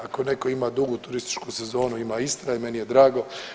Ako neko ima dugu turističku sezonu ima Istra i meni je drago.